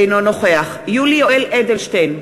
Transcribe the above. אינו נוכח יולי יואל אדלשטיין,